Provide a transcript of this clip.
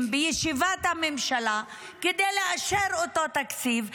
בישיבת הממשלה כדי לאשר אותו תקציב,